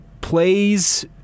plays